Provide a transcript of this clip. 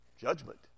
Judgment